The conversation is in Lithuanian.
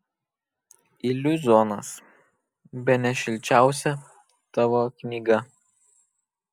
iliuzionas bene šilčiausia tavo knyga